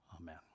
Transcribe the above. Amen